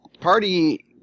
Party